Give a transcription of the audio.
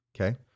Okay